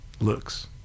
looks